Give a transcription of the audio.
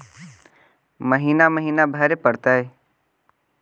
महिना महिना भरे परतैय?